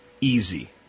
easy